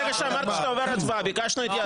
ברגע שאמרת שאתה עובר להצבעה ביקשנו התייעצות סיעתית.